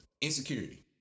Insecurity